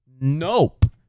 Nope